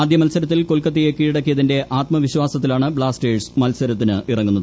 ആദ്യ മൽസരത്തിൽ കൊൽക്കത്തയെ കീഴടക്കിയതിന്റെ ആത്മവിശാസത്തിലാണ് ബ്ലാസ്റ്റേഴ്സ് മത്സരത്തിനിറങ്ങുന്നത്